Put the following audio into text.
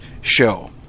show